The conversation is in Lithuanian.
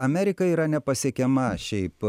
amerika yra nepasiekiama šiaip